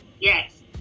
Yes